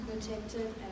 protected